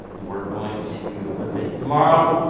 we're going to, let's see, tomorrow,